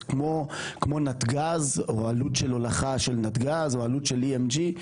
כמו נתגז או עלות של הולכה של נתגז או עלות של EMG,